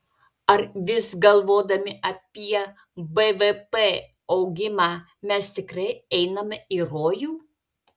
ar vis galvodami apie bvp augimą mes tikrai einame į rojų